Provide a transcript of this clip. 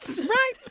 Right